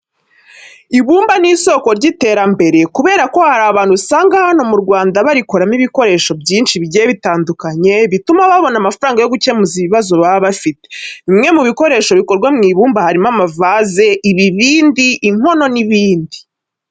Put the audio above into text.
Ibumba ni isoko ry'iterambere kubera ko hari abantu usanga hano mu Rwanda barikoramo ibikoresho byinshi bigiye bitandukanye bituma babona amafaranga yo gukemuza ibibazo baba bafite. Bimwe mu bikoresho bikorwa mu ibumba harimo amavaze, ibibindi, inkono n'ibindi.